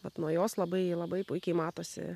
vat nuo jos labai labai puikiai matosi